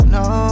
no